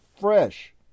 fresh